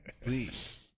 Please